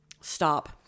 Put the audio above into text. stop